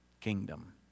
kingdom